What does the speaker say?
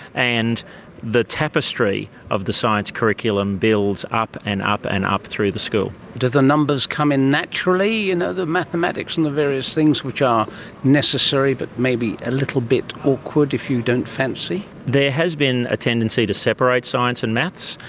and the tapestry of the science curriculum builds up and up and up through the school. do the numbers come in naturally, you know the mathematics and the various things which are necessary but may be a little bit awkward if you don't fancy? there has been a tendency to separate science and maths,